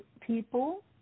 people